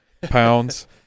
pounds